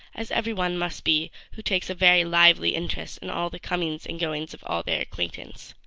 as every one must be who takes a very lively interest in all the comings and goings of all their acquaintance.